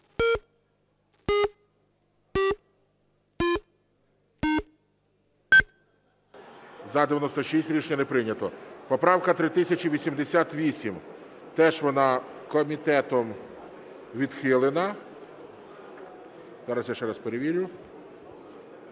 За-96 Рішення не прийнято. Поправка 3088, теж вона комітетом відхилена. Зараз я ще раз перевірю.